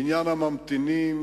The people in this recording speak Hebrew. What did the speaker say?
עניין הממתינים,